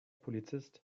polizist